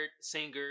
singer